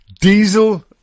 Diesel